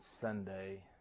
Sunday